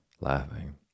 laughing